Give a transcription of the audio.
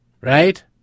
right